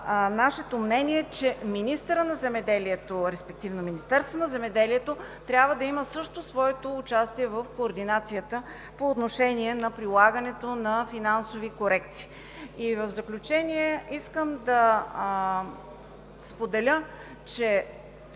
нашето мнение, че министърът на земеделието, респективно Министерството на земеделието, храните и горите, трябва да има също своето участие в координацията по отношение на прилагането на финансови корекции. В заключение, искам да споделя, че